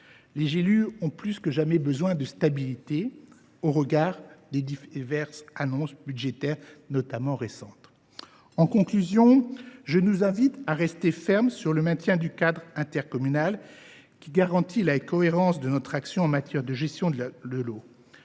Les élus ont plus que jamais besoin de stabilité au regard des récentes annonces budgétaires… En conclusion, je nous invite à rester fermes sur le maintien du cadre intercommunal, qui garantit la cohérence de notre action en matière de gestion de l’eau.